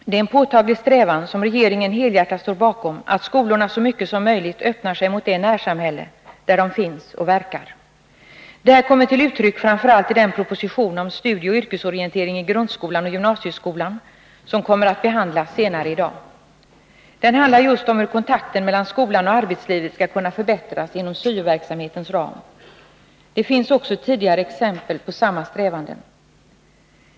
Det är en påtaglig strävan, som regeringen helhjärtat står bakom, att skolorna så mycket som möjligt öppnar sig mot det närsamhälle där de finns och verkar. Det här kommer till uttryck framför allt i den proposition om studieoch yrkesorientering i grundskolan och gymnasieskolan som kommer att behandlas senare i dag. Den handlar just om hur kontakten mellan skolan och arbetslivet skall kunna förbättras inom syo-verksamhetens ram. Det finns också tidigare exempel på samma strävanden.